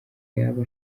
yaba